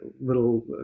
little